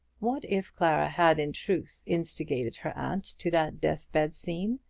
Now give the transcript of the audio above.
what if clara had in truth instigated her aunt to that deathbed scene,